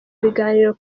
biganiro